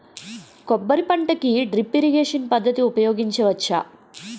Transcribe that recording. కొబ్బరి పంట కి డ్రిప్ ఇరిగేషన్ పద్ధతి ఉపయగించవచ్చా?